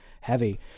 heavy